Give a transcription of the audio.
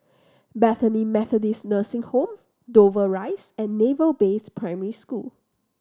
Bethany Methodist Nursing Home Dover Rise and Naval Base Primary School